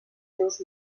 teus